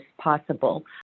possible